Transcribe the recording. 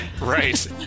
Right